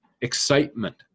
excitement